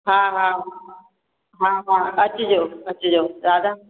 हा हा हा हा अचिजो अचिजो दादा